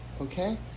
okay